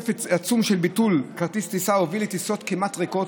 היקף עצום של ביטול כרטיסי טיסה הוביל לטיסות כמעט ריקות